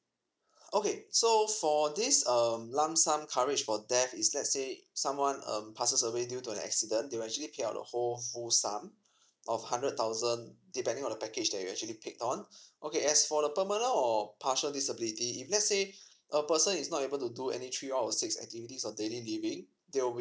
okay so for this um lump sum coverage for death is let's say someone um passes away due to an accident they will actually pay out the whole whole full sum of hundred thousand depending on the package that you actually picked on okay as for the permanent or partial disability if let's say a person is not able to do any three out of six activities or daily living they'll be